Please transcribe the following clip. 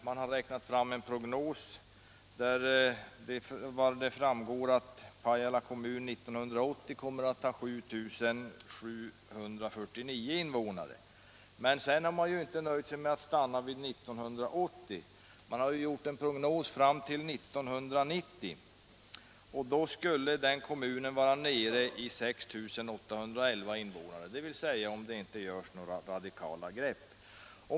Enligt den prognos man har räknat fram kommer Pajala kommun 1980 att ha 7749 invånare. Men man har inte nöjt sig med att stanna vid 1980. Man har också gjort en prognos fram till 1990, och då skulle den här kommunen vara nere i 6 811 invånare — dvs. om det inte tas några radikala grepp.